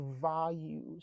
values